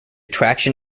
traction